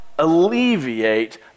alleviate